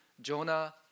Jonah